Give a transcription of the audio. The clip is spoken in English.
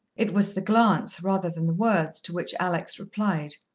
it was the glance, rather than the words, to which alex replied.